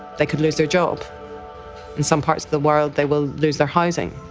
they could lose their job in some parts of the world, they will lose their housing.